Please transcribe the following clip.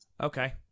Okay